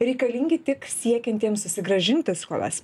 reikalingi tik siekiantiems susigrąžinti skolas